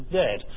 dead